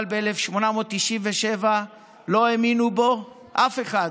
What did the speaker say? אבל ב-1897 לא האמין בו אף אחד.